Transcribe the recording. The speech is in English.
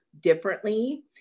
differently